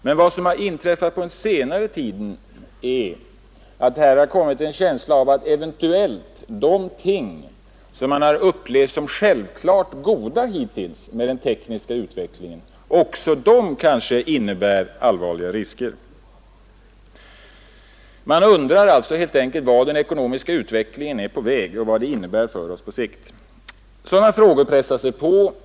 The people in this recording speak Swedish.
Men vad som inträffat på senare tid är att man fått en känsla av att även det som man hittills upplevt som självklart goda resultat av den tekniska utvecklingen kanske innebär allvarliga risker. Man undrar alltså vart den ekonomiska utvecklingen för oss och vad den innebär för oss på sikt. Sådana frågor pressar sig på.